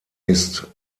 ist